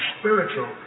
spiritual